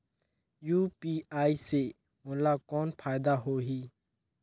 UPI से मोला कौन फायदा होही?